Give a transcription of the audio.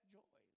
joy